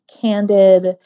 candid